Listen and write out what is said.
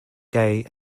gay